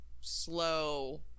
slow